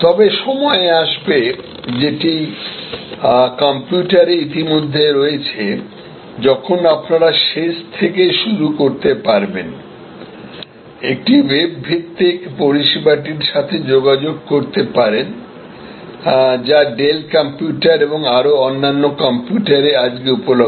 তবে সময় আসবে যেটি কম্পিউটারে ইতিমধ্যে রয়েছে যখন আপনারা শেষ থেকে শুরু করতে পারেন একটি ওয়েব ভিত্তিক পরিষেবাটির সাথে যোগাযোগ করতে পারেন যা ডেল কম্পিউটার এবং আরও অন্যান্য কম্পিউটারে আজকে উপলব্ধ